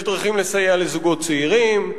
יש דרכים לסייע לזוגות צעירים,